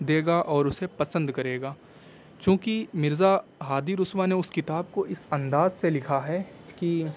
دے گا اور اسے پسند کرے گا چونکہ مرزا ہادی رسوا نے اس کتاب کو اس انداز سے لکھا ہے کہ